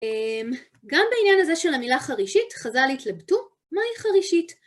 גם בעניין הזה של המילה חרישית, חז״ל התלבטו, מהי חרישית?